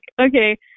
okay